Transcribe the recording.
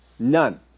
None